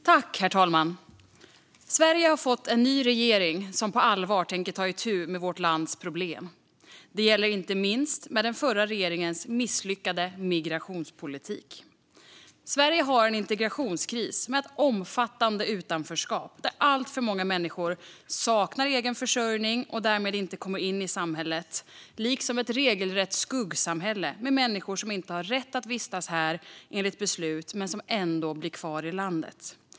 Herr talman! Sverige har fått en ny regering som på allvar tänker ta itu med vårt lands problem. Det gäller inte minst den förra regeringens misslyckade migrationspolitik. Sverige har en integrationskris med ett omfattande utanförskap där alltför många människor saknar egen försörjning och därmed inte kommer in i samhället, liksom ett regelrätt skuggsamhälle med människor som inte har rätt att vistas här enligt beslut men som ändå blir kvar i landet.